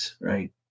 right